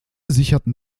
sicherten